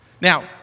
Now